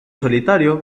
solitario